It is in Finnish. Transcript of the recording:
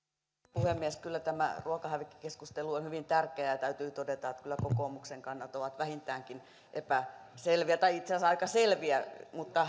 puhemies kyllä tämä ruokahävikkikeskustelu on hyvin tärkeää täytyy todeta että kyllä kokoomuksen kannat ovat vähintäänkin epäselviä tai itse asiassa aika selviä mutta